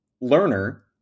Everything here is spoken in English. learner